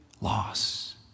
loss